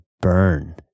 burn